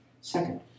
Second